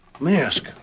mask